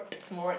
smart